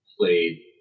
played